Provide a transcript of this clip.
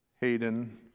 Hayden